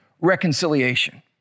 reconciliation